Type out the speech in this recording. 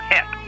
Hip